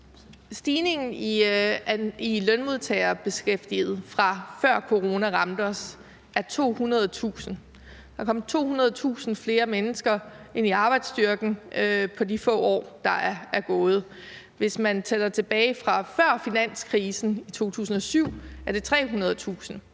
beskæftigede lønmodtagere, fra før corona ramte os, er 200.000. Der er kommet 200.000 flere mennesker ind i arbejdsstyrken på de få år, der er gået. Hvis man tæller tilbage til før finanskrisen i 2007, er det 300.000.